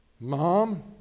Mom